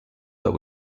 but